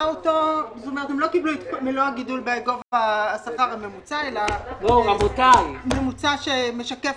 והם לא קיבלו את מלוא הגידול בגובה השכר הממוצע אלא ממוצע שמשקף,